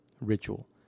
ritual